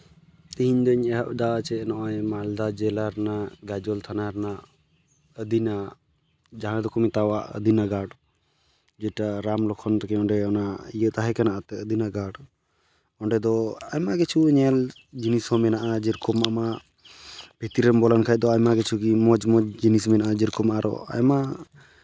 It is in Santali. ᱤᱧ ᱫᱩᱧ ᱮᱦᱚᱵ ᱫᱟ ᱡᱮ ᱱᱚᱜᱼᱚᱸᱭ ᱢᱟᱞᱫᱟ ᱡᱮᱞᱟ ᱨᱮᱱᱟᱜ ᱜᱟᱡᱚᱞ ᱛᱷᱟᱱᱟ ᱨᱮᱱᱟᱜ ᱟᱹᱫᱤᱱᱟ ᱡᱟᱦᱟᱸ ᱫᱚᱠᱚ ᱢᱮᱛᱟᱣᱟᱜ ᱟᱹᱫᱤᱱᱟ ᱜᱟᱲ ᱡᱮᱴᱟ ᱨᱟᱢᱼᱞᱚᱠᱷᱚᱱ ᱛᱟᱹᱠᱤᱱ ᱚᱸᱰᱮ ᱚᱱᱟ ᱤᱭᱟᱹ ᱛᱟᱦᱮᱸ ᱠᱟᱱᱟ ᱟᱹᱫᱤᱱᱟ ᱜᱟᱲ ᱚᱸᱰᱮ ᱫᱚ ᱟᱭᱢᱟ ᱠᱤᱪᱷᱩ ᱧᱮᱞ ᱡᱤᱱᱤᱥ ᱦᱚᱸ ᱢᱮᱱᱟᱜᱼᱟ ᱡᱮᱨᱚᱠᱚᱢ ᱟᱢᱟᱜ ᱵᱷᱤᱛᱤᱨ ᱨᱮᱢ ᱵᱚᱞᱚᱱ ᱠᱷᱟᱡ ᱫᱚ ᱟᱭᱢᱟ ᱠᱤᱪᱷᱩ ᱜᱮ ᱢᱚᱡᱽ ᱢᱚᱡᱽ ᱡᱤᱱᱤᱥ ᱢᱮᱱᱟᱜᱼᱟ ᱡᱮᱨᱚᱠᱚᱢ ᱟᱨᱚ ᱟᱭᱢᱟ